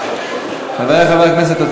חברי חברי הכנסת,